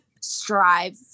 strive